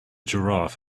giraffe